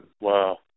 Wow